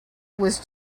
was